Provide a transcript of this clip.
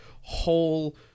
whole